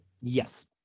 Yes